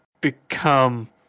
become